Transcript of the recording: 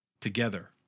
together